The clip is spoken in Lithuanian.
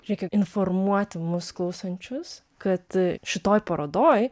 reikia informuoti mus klausančius kad šitoj parodoj